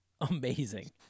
amazing